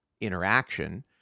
interaction